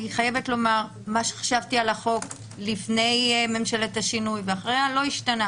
אני חייבת לומר שמה שחשבתי על החוק לפני ממשלת השינוי ואחריה לא השתנה.